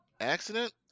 accident